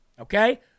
Okay